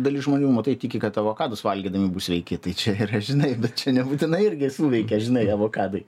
dalis žmonių matai tiki kad avokadus valgydami bus sveiki tai čia žinai bet čia nebūtinai irgi suveikia žinai avokadai